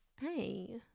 Hey